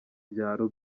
byaro